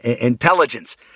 intelligence